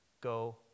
Go